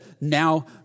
now